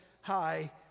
High